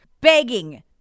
begging